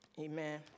Amen